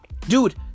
Dude